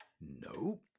No